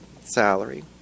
salary